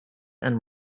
and